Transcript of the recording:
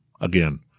again